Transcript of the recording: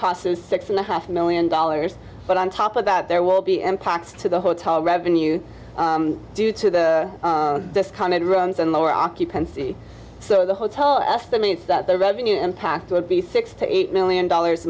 is six and a half million dollars but on top of that there will be impacts to the hotel revenue due to the discounted runs and lower occupancy so the hotel estimates that the revenue impact would be six to eight million dollars